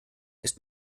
ist